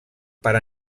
per